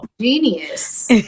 Genius